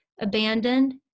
abandoned